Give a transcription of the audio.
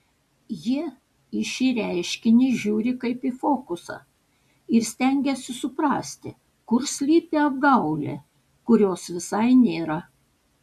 jie į šį reiškinį žiūri kaip į fokusą ir stengiasi suprasti kur slypi apgaulė kurios visai nėra